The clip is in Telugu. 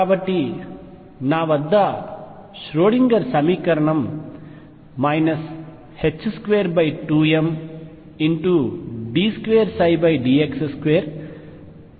కాబట్టి నా వద్ద ఈ ష్రోడింగర్ సమీకరణం 22md2 dx2mVδx maEψ ఉంది